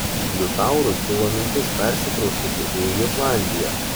liutaurui kilo mintis persikraustyti į jutlandiją